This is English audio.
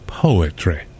Poetry